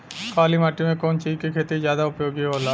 काली माटी में कवन चीज़ के खेती ज्यादा उपयोगी होयी?